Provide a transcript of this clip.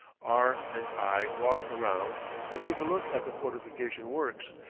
r and i walk around and take a look at the fortification works,